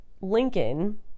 Lincoln